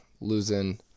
losing